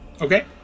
Okay